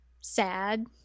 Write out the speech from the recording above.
sad